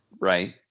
right